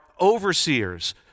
overseers